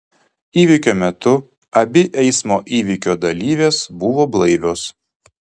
įvykio metu abi eismo įvykio dalyvės buvo blaivios